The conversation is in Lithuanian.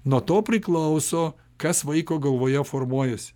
nuo to priklauso kas vaiko galvoje formuojasi